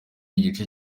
igice